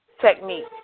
technique